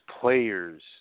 Players